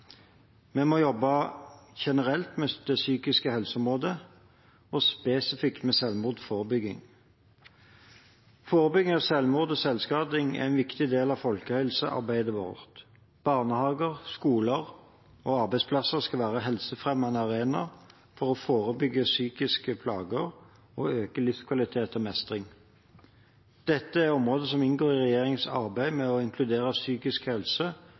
Vi må jobbe generelt med det psykiske helseområdet og spesifikt med selvmordsforebygging. Forebygging av selvmord og selvskading er en viktig del av folkehelsearbeidet vårt. Barnehager, skoler og arbeidsplasser skal være helsefremmende arenaer for å forebygge psykiske plager og øke livskvalitet og mestring. Dette er områder som inngår i regjeringens arbeid med å inkludere psykisk helse